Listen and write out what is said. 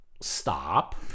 Stop